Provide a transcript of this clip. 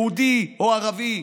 יהודי או ערבי,